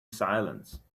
silence